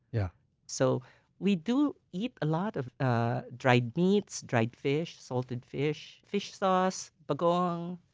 yeah so we do eat a lot of ah dried meats, dried fish, salted fish, fish sauce, bagoong.